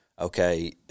Okay